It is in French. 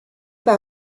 par